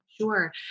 Sure